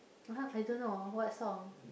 I don't know what song